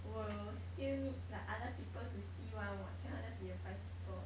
will still need like other people to see [one] [what] cannot just be the five people